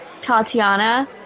Tatiana